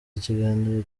ikiganiro